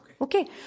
Okay